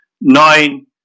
nine